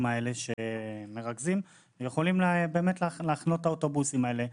האלה שיכולים להחנות את האוטובוסים האלה,